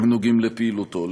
הנוגעים לפעילותו.